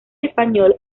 español